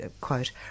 quote